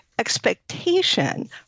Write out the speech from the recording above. Expectation